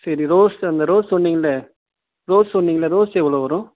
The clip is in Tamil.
சரி ரோஸ் அந்த ரோஸ் சொன்னீங்கள்ல ரோஸ் சொன்னீங்கள்ல ரோஸ் எவ்வளோ வரும்